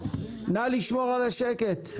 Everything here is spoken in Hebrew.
נא לשמור על השקט,